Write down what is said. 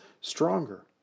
stronger